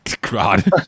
God